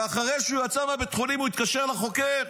ואחרי שהוא יצא מבית החולים הוא התקשר לחוקר.